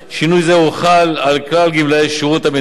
שינוי זה הוחל על כלל גמלאי שירות המדינה